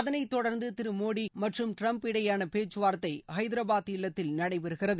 அதனை தொடர்ந்து திரு மோடி மற்றும் டிரம்ப் இடையேயான பேச்சுவார்த்தை ஐதரபாத் இல்லத்தில் நடைபெறுகிறது